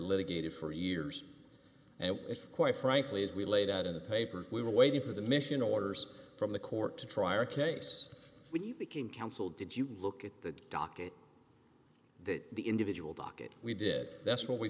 litigator for years and quite frankly as we laid out in the paper we were waiting for the mission orders from the court to try our case when he became counsel did you look at the docket that the individual docket we did that's what we